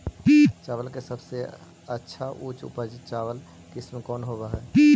चावल के सबसे अच्छा उच्च उपज चावल किस्म कौन होव हई?